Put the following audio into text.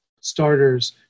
starters